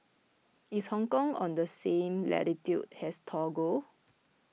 is Hong Kong on the same latitude as Togo